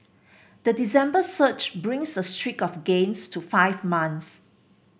the December surge brings the streak of gains to five months